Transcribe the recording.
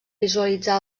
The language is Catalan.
visualitzar